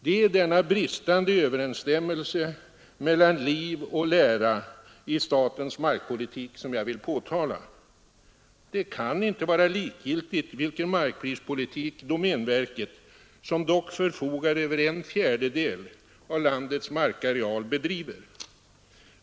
Det är denna bristande överensstämmelse mellan liv och lära i statens markpolitik som jag vill påtala. Det kan inte vara likgiltigt vilken markprispolitik domänverket, som dock förfogar över en fjärdedel av landets markareal, bedriver.